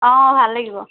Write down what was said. অঁ ভাল লাগিব